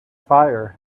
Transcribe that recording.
fire